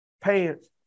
pants